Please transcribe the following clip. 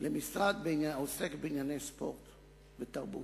כדין משרד העוסק בענייני ספורט ותרבות.